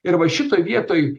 ir va šitoj vietoj